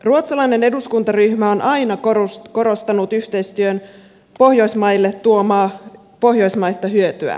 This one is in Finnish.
ruotsalainen eduskuntaryhmä on aina korostanut yhteistyön pohjoismaille tuomaa pohjoismaista hyötyä